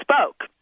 spoke